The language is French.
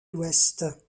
ouest